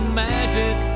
magic